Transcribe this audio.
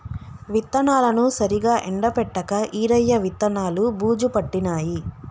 విత్తనాలను సరిగా ఎండపెట్టక ఈరయ్య విత్తనాలు బూజు పట్టినాయి